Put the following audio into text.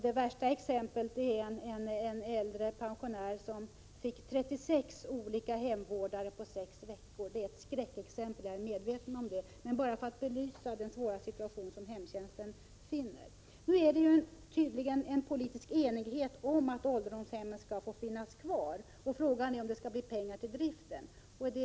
Det värsta exemplet är den äldre pensionär som hade 36 olika hemvårdare på sex veckor. Jag är medveten om att det är ett skräckexempel, men jag tar ändå det exemplet för att belysa den svåra situation som hemtjänsten möter. Nu råder det tydligen politisk enighet om att ålderdomshemmen skall få finnas kvar. Frågan är om det skall bli pengar till driften.